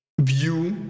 view